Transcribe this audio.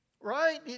Right